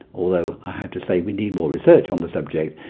although i have to say we need more research on the subject,